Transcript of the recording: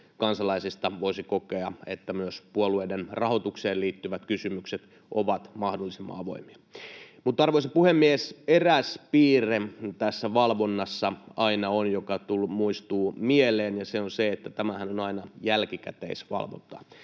kansalaisista voisi kokea, että myös puolueiden rahoitukseen liittyvät kysymykset ovat mahdollisimman avoimia. Arvoisa puhemies! Tässä valvonnassa on aina eräs piirre, joka muistuu mieleen, ja se on se, että tämähän on aina jälkikäteisvalvontaa.